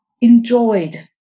enjoyed